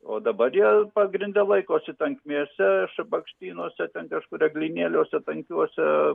o dabar jie pagrinde laikosi tankmėse šabakštynuose ten kažkur eglynėliuose tankiuose